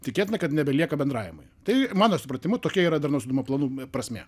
tikėtina kad nebelieka bendravimui tai mano supratimu tokia yra darnaus judumo planų prasmė